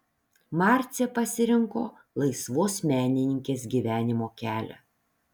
marcė pasirinko laisvos menininkės gyvenimo kelią